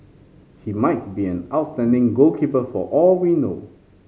he might be an outstanding goalkeeper for all we know